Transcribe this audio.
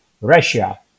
Russia